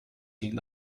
gegen